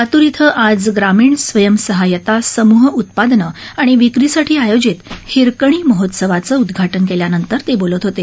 लातूर इथ आज ग्रामीण स्वयस्क्रीय्यता समूह उत्पादनख्राणि विक्रीसाठी आयोजित हिरकणी महोत्सवाचजिद्वाटन केल्यानस्ति ते बोलत होते